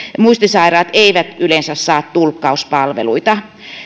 muistisairaat eivät yleensä saa tulkkauspalveluita